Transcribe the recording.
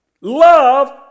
Love